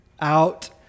out